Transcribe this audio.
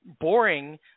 boring